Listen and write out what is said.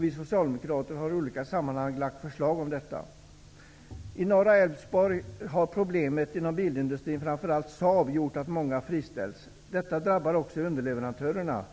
Vi socialdemokrater har i olika sammanhang lagt fram förslag om detta. I norra Älvsborg har problemen inom bilindustrin, framför allt Saab, gjort att många har friställts. Detta drabbar också underleverantörerna.